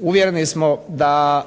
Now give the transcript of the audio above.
uvjereni smo